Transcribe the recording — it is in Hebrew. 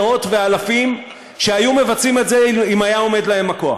מאות ואלפים שהיו מבצעים את זה אם היה עומד להם הכוח,